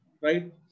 Right